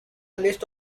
list